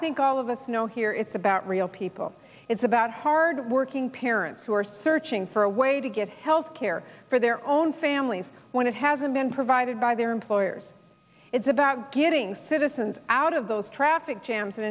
think all of us know here it's about real people it's about hardworking parents who are searching for a way to get health care for their own families when it hasn't been provided by their employers it's about getting citizens out of those traffic jams